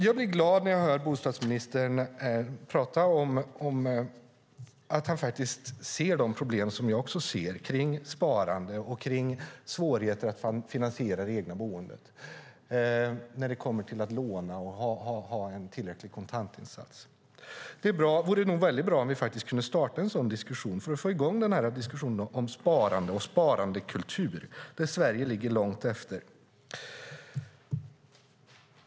Jag blir glad när jag hör bostadsministern säga att han ser de problem som även jag ser vad gäller sparande och svårigheter att finansiera det egna boendet, alltså när det kommer till att låna och ha en tillräcklig kontantinsats. Det vore bra om vi kunde få i gång en diskussion om sparande och sparandekultur, för där ligger Sverige långt efter.